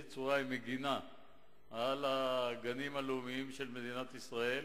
צורה היא מגינה על הגנים הלאומיים של מדינת ישראל